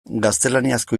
gaztelaniazko